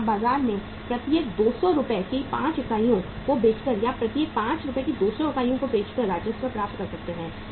तो आप बाजार में प्रत्येक 200 रुपये की 5 इकाइयों को बेचकर या प्रत्येक 5 रुपये की 200 इकाइयों को बेचकर राजस्व प्राप्त कर सकते हैं